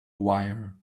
wire